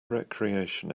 recreation